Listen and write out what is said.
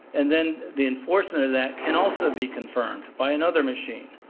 and then the enforcement of that can also be confirmed by another machine.